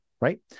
right